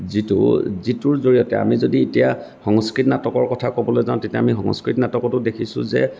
যিটোৰ যিটোৰ জৰিয়তে আমি যদি এতিয়া সংস্কৃত নাটকৰ কথা ক'বলৈ যাওঁ তেতিয়া আমি সংস্কৃত নাটকতো দেখিছোঁ যে